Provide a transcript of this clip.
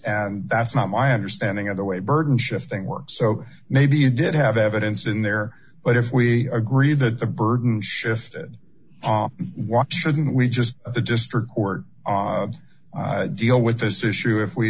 and that's not my understanding of the way burden shifting works so maybe you did have evidence in there but if we agree that the burden shifted watch shouldn't we just the district court deal with this issue if we